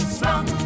Strong